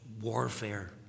warfare